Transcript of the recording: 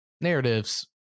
narratives